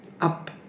up